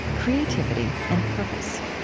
creativity and purpose